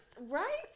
right